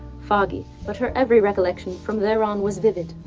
foggy, but her every recollection from there on was vivid,